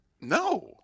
No